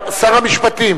יש לזה השלכות דרמטיות,